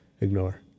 ignore